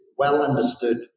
well-understood